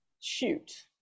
Shoot